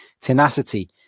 tenacity